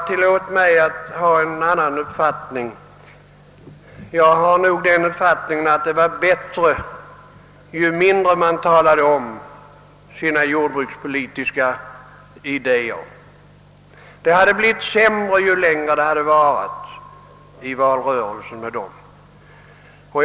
Tillåt mig att ha en annan uppfattning på denna punkt. Min mening är att det var bättre ju mindre man talade om sina jordbrukspolitiska idéer. Ju mer tid man haft till sitt förfogande för ett sådant klargörande, desto sämre hade resultatet av valrörelsen blivit för partiets del.